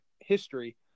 history